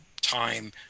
time